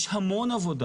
יש המון עבודה.